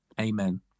Amen